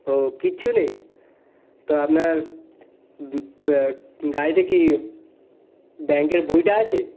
ও কিচ্ছু নেই তো আপনার গাড়িতে কি ব্যাঙ্কের বইটা আছে